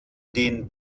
den